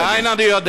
ומאין אני יודע?